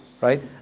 right